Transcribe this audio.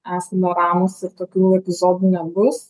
esame ramūs ir tokių epizodų nebus